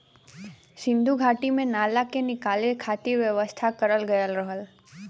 सिन्धु घाटी में नाला के निकले खातिर व्यवस्था करल गयल रहल